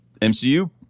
MCU